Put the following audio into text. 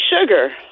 sugar